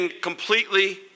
completely